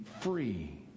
free